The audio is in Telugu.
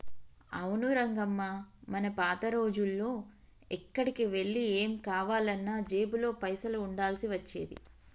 అవును రంగమ్మ మనం పాత రోజుల్లో ఎక్కడికి వెళ్లి ఏం కావాలన్నా జేబులో పైసలు ఉండాల్సి వచ్చేది